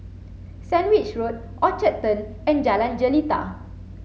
Sandwich Road Orchard Turn and Jalan Jelita